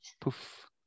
Poof